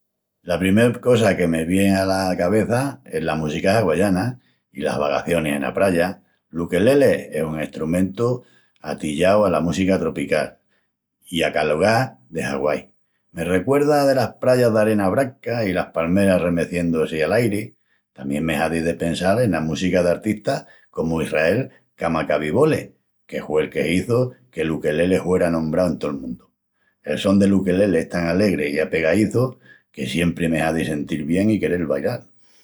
La primel cosa que me vien ala cabeça es la música hawaiana i las vagacionis ena praya. L'ukelele es un estrumentu atillau ala música tropical i acalugá de Hawai. Me recuerda delas prayas d'arena branca i las palmeras remeciendu-si al airi. Tamién me hazi de pensal ena música d'artistas comu Israel Kamakawiwo'ole, que hue el que hizu que l'ukelele huera anombrau en tol mundu. El son del ukelele es tan alegri i apegaízu que siempri me hazi sentil bien i querel bailal.